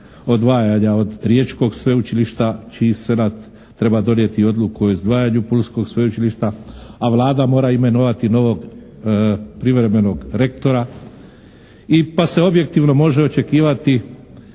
odvajanja od riječkog sveučilišta čiji senat treba donijeti odluku o izdvajanju pulskog sveučilišta a Vlada mora imenovati novog privremenog rektora pa se objektivno može očekivati